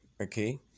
Okay